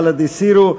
עמוד 205א, בל"ד, הסירו.